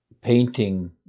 painting